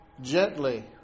gently